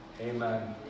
amen